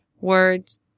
words